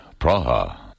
Praha